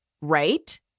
Right